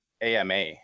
AMA